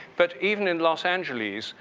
but even in los angeles,